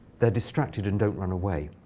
they're distracted and don't run away.